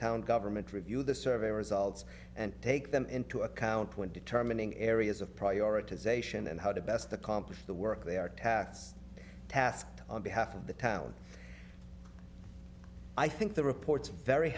town government review the survey results and take them into account when determining areas of prioritization and how to best accomplish the work they are task tasked on behalf of the town i think the report's very